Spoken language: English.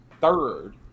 third